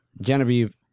Genevieve